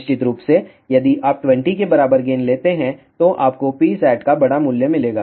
निश्चित रूप से यदि आप 20 के बराबर गेन लेते हैं तो आपको Psat का बड़ा मूल्य मिलेगा